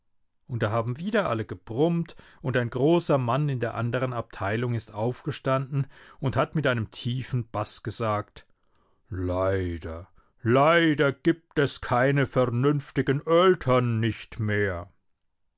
und da haben wieder alle gebrummt und ein großer mann in der anderen abteilung ist aufgestanden und hat mit einem tiefen baß gesagt leider leider gibt es keine vernünftigen öltern nicht mehr